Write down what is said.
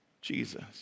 Jesus